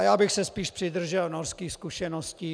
Já bych se spíš přidržel norských zkušeností.